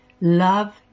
love